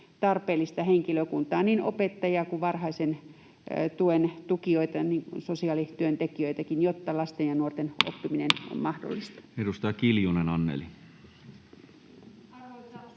tarpeellista henkilökuntaa, niin opettajia kuin varhaisen tuen antajia ja sosiaalityöntekijöitäkin, jotta lasten ja nuorten oppiminen on mahdollista? Edustaja Kiljunen, Anneli.